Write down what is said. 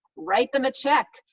write them a check,